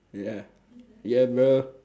yeah yeah bro